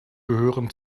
gehören